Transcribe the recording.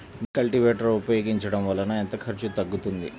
మిర్చి కల్టీవేటర్ ఉపయోగించటం వలన ఎంత ఖర్చు తగ్గుతుంది?